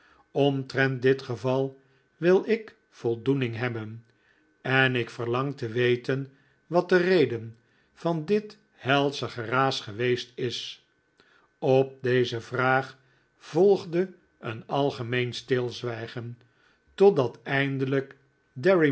omtrent dit geval wil ik voldoening hebben en ik verlang te weten wat de reden van dit helsche geraas geweest is op deze vraag volgde een algemeen stilzwijgen totdat eindelijk